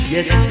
Yes